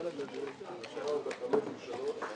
וזה הולך לוועדה המשותפת לתקציב הביטחון.